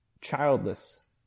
childless